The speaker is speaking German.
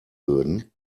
würden